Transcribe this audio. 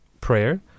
prayer